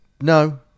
No